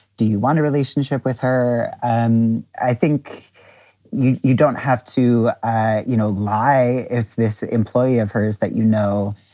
do you want a relationship with her? um i think you you don't have to, you know, lie. if this employee of her is that, you know,